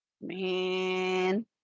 Man